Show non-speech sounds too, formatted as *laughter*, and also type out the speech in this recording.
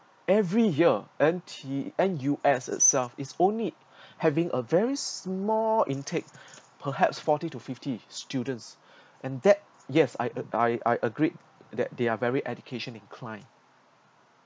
every year N_T N_U_S itself is only having a very small intake perhaps forty to fifty students *breath* and that yes I I I agreed that they are very education inclined